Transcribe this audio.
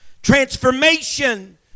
Transformation